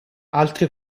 altri